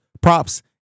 props